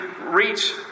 reach